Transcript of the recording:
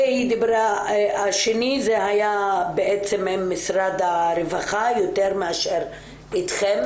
והשני זה היה עם משרד הרווחה יותר מאשר אתכם,